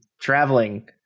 traveling